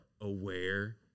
aware